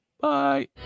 Bye